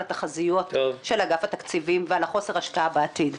התחזיות של אגף התקציבים ועל חוסר ההשקעה בעתיד.